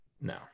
No